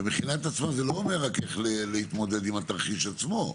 ומכינה את עצמה זה לא אומר רק איך להתמודד עם התרחיש עצמו,